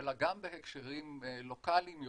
אלא גם בהקשרים לוקליים יותר,